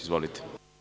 Izvolite.